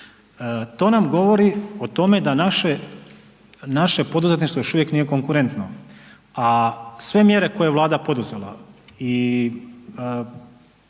To nam govori o tome da naše poduzetništvo još uvijek nije konkurentno, a sve mjere koje je Vlada poduzela i